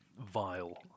vile